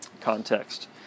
context